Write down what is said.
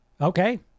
okay